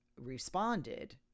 responded